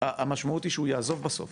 המשמעות היא שהוא יעזוב בסוף.